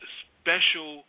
special